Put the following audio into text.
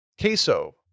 queso